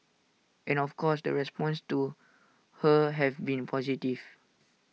and of course the responses to her have been positive